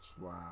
Wow